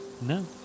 No